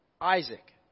Isaac